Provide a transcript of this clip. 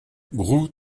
groulx